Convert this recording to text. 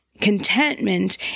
contentment